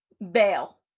Bell